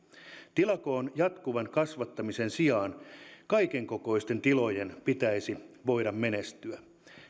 tilakoon jatkuvan kasvattamisen sijaan kaiken kokoisten tilojen pitäisi voida menestyä